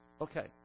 Okay